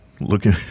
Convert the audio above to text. looking